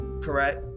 correct